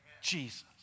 Jesus